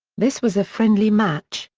this was a friendly match,